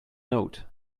note